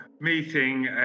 meeting